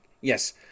Yes